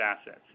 assets